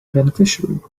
beneficiary